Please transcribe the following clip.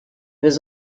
was